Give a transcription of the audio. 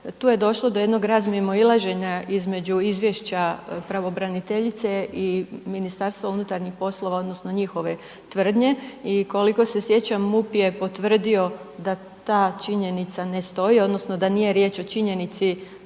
to je došlo do jednog razmimoilaženja između izvješća pravobraniteljice i MUP-a odnosno njihove tvrdnje i koliko se sjećam, MUP je potvrdio da ta činjenica ne stoji odnosno da nije riječ o činjenici,